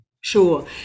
Sure